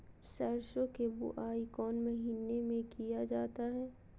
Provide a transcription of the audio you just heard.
सरसो की बोआई कौन महीने में किया जाता है?